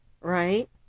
right